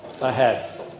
ahead